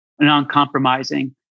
non-compromising